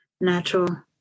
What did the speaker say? natural